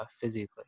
physically